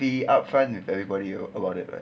be upfront with everybody you about it right